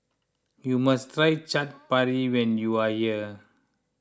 you must try Chaat Papri when you are here